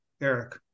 Eric